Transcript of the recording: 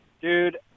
Dude